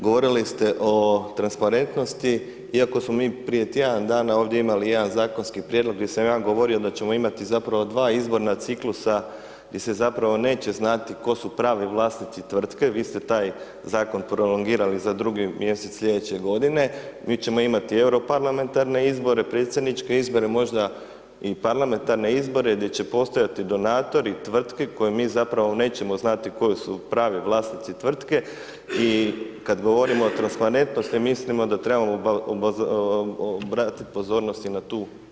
Govorili ste o transparentnosti, iako smo mi prije tjedan dana ovdje imali jedan zakonski prijedlog, gdje sam ja govorio da ćemo imati zapravo dva izborna ciklusa, gdje se zapravo neće znati tko su pravi vlasnici tvrtke, vi ste taj Zakon prolongirali za drugi mjesec sljedeće godine, mi ćemo imati euro parlamentarne izbore, predsjedničke izbore, možda i parlamentarne izbore, gdje će postojati donatori tvrtke koji mi zapravo nećemo znati koji su pravi vlasnici tvrtke, i kad govorimo o transparentnosti, mislimo da trebamo obratiti pozornost i na tu činjenicu.